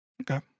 Okay